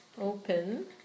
open